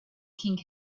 king